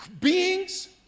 beings